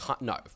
No